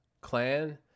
clan